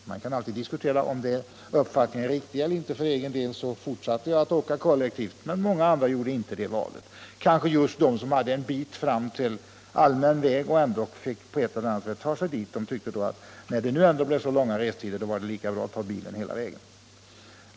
Man kan alltid diskutera om den uppfattningen är riktig eller inte. För egen del fortsatte jag att åka kollektivt, men många andra gjorde det inte. Det var kanske just de som hade en bit fram till allmän väg och ändå på ett eller annat sätt fick ta sig dit. De tyckte kanske att när restiden nu blev så lång, så var det lika bra att ta bilen hela vägen.